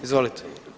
Izvolite.